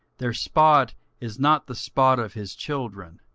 their spot is not the spot of his children